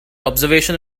observation